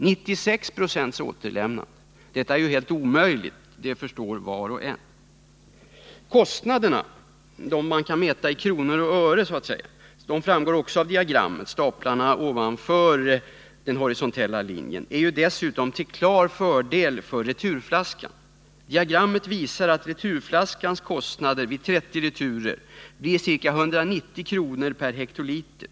Var och en förstår att det är omöjligt att komma upp i 96 procents återlämnande. Kostnaderna i kronor och ören, som också framgår av diagrammet, är ju dessutom till klar fördel för returflaskan. Diagrammet visar att returflaskans kostnader vid 30 returer blir ca 190 kr. per hektoliter.